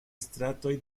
stratoj